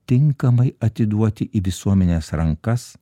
tinkamai atiduoti į visuomenės rankas